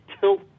tilt